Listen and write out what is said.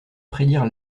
prédire